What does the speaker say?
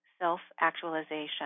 self-actualization